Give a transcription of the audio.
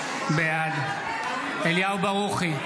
בעד אליהו ברוכי,